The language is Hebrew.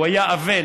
הוא היה אבל.